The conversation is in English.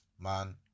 Man